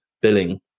billing